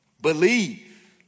Believe